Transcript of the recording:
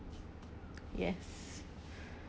yes